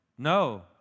No